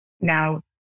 Now